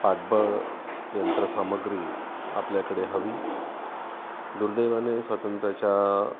पाठबळ यंत्रसामग्री आपल्याकडे हवी दुर्दैवाने स्वातंत्र्याच्या